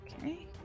Okay